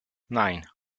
nine